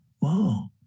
Wow